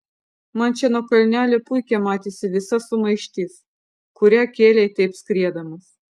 man čia nuo kalnelio puikiai matėsi visa sumaištis kurią kėlei taip skriedamas